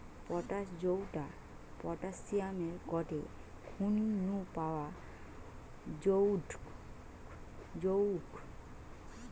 potash জউটা পটাশিয়ামের গটে খনি নু পাওয়া জউগ সউটা নু পটাশিয়াম সার হারি তইরি হয়